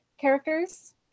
characters